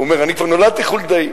הוא אומר: אני כבר נולדתי חולדאי,